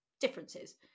differences